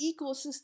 ecosystem